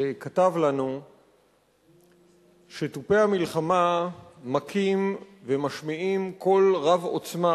שכתב לנו שתופי המלחמה מכים ומשמיעים קול רב-עוצמה,